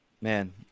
Man